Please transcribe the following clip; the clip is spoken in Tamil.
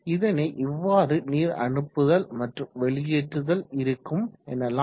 இதனை இவ்வாறு நீர் அனுப்புதல் மற்றும் வெளியேற்றுதல் இருக்கும் எனலாம்